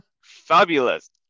Fabulous